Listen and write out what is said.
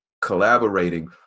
collaborating